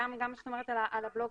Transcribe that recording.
גם כשאת מדברת על הבלוג,